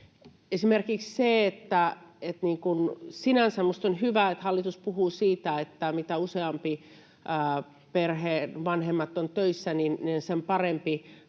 arkeen. Sinänsä minusta on hyvä, että hallitus puhuu siitä, että mitä useamman perheen vanhemmat ovat töissä, niin sen parempi